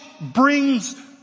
brings